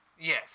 Yes